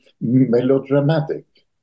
melodramatic